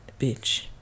bitch